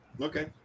okay